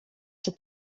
czy